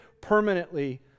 permanently